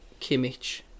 Kimmich